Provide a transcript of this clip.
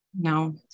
No